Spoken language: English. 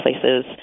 places